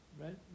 right